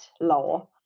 Law